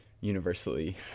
universally